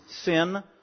sin